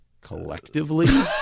collectively